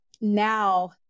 now